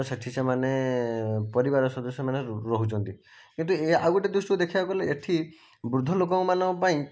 ସେଠି ସେମାନେ ପରିବାର ସଦସ୍ୟମାନେ ରରହୁଛନ୍ତି କିନ୍ତୁ ଏ ଆଉ ଗୋଟିଏ ଦୃଷ୍ଟିରୁ ଦେଖିଆକୁ ଗଲେ ଏଠି ବୃଦ୍ଧ ଲୋକଙ୍କମାନଙ୍କ ପାଇଁ